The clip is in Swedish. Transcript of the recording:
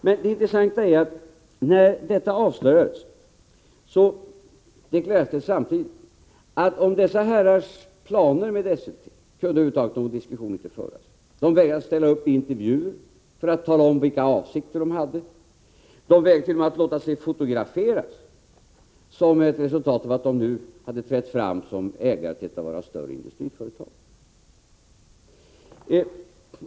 Men det intressanta är att när detta avslöjades, deklarerade man samtidigt att om dessa herrars planer när det gäller Esselte kunde någon diskussion över huvud taget inte föras. De vägrade att ställa upp på intervjuer för att tala om vilka avsikter de hade. De vägrade t.o.m. att låta sig fotograferas — som ett resultat av att de nu trätt fram som ägare till ett av våra större industriföretag.